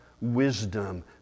wisdom